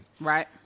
Right